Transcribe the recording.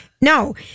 No